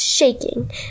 Shaking